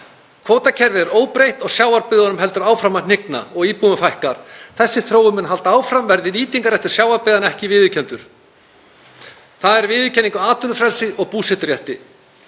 Kvótakerfið er óbreytt og sjávarbyggðunum heldur áfram að hnigna og íbúum fækkar. Þessi þróun mun halda áfram verði nýtingarréttur sjávarbyggðanna ekki viðurkenndur. Það er viðurkenning á atvinnufrelsi og búseturétti.